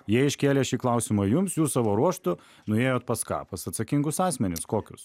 jie iškėlė šį klausimą jums jūs savo ruožtu nuėjot pas ką pas atsakingus asmenis kokius